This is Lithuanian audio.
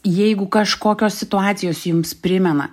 jeigu kažkokios situacijos jums primena